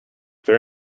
their